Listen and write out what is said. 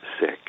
sick